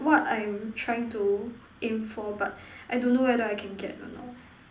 what I'm trying to aim for but I don't know whether I can get or not